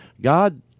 God